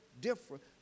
different